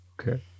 Okay